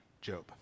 Job